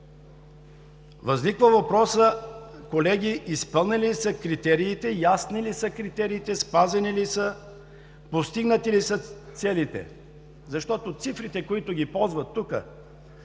Възниква въпросът, колеги, изпълнени ли са критериите, ясни ли са критериите, спазени ли са, постигнати ли са целите? Защото цифрите, които ползват тук,